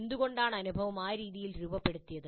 എന്തുകൊണ്ടാണ് അനുഭവം ആ രീതിയിൽ രൂപപ്പെടുത്തിയത്